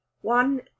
One